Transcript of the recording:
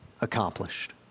accomplished